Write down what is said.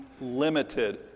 limited